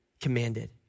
commanded